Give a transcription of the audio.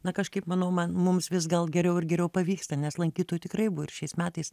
na kažkaip manau man mums vis gal geriau ir geriau pavyksta nes lankytojų tikrai buvo ir šiais metais